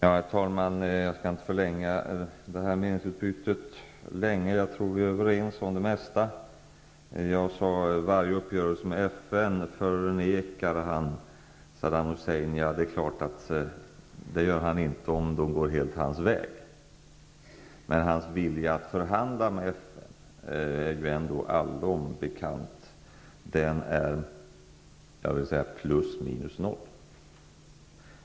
Herr talman! Jag skall inte förlänga det här meningsutbytet ytterligare. Jag tror att vi är överens om det mesta. Jag sade att Saddam Hussein förnekar varje uppgörelse med FN. Men det är klart att han inte gör det om man helt och hållet går hans väg. Hur det förhåller sig med hans vilja att förhandla med FN är dock allom bekant -- den är, skulle jag vilja säga, plus minus noll.